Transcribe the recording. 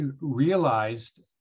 realized